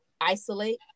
isolate